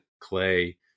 clay